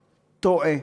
טועה.